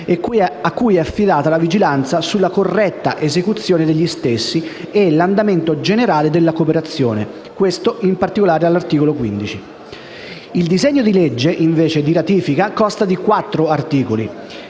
a cui è affidata la vigilanza sulla corretta esecuzione degli stessi e l'andamento generale della cooperazione. Questo aspetto è disciplinato, in particolare, all'articolo 15. Il disegno di legge di ratifica consta di quattro articoli.